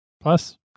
Plus